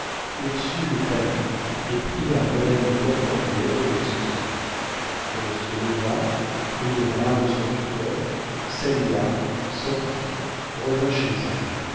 ursule pâlit et pria madame de portenduère de l'excuser elle se leva prit le bras de son tuteur salua sortit revint chez elle